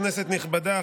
כנסת נכבדה,